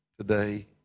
today